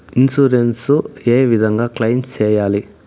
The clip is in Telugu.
ఇన్సూరెన్సు ఏ విధంగా క్లెయిమ్ సేయాలి?